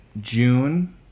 June